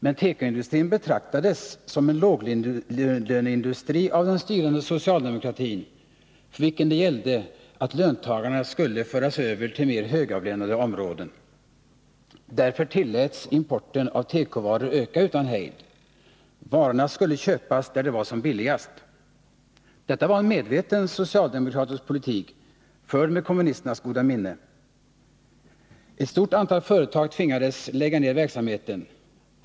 Men tekoindustrin betraktades som en låglöneindustri av den styrande socialdemokratin, för vilken det gällde att löntagarna skulle föras över till mer högavlönade områden. Därför tilläts importen av tekovaror att öka utan hejd. Varorna skulle köpas där de var billigast. Detta var en medveten socialdemokratisk politik, förd med kommunisternas goda minne. Ett stort antal företag tvingades lägga ned verksamheten.